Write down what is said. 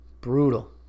Brutal